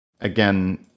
again